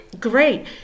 great